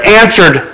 answered